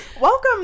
Welcome